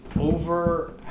over